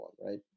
right